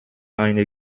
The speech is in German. eine